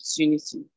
opportunity